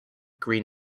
green